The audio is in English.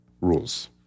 rules